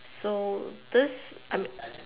so this I'm